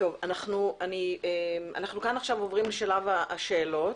אנחנו עוברים לשלב השאלות.